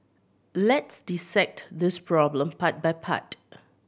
let's dissect this problem part by part